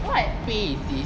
what pay is this